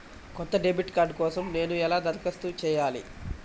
కొత్త debit card కోసం నేను ఎలా దరఖాస్తు చేయాలి?